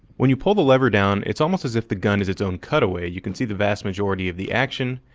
when you pull the lever down, it's almost as if the gun is its own cutaway. you can see the vast majority of the action,